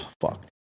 fuck